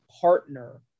partner